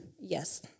Yes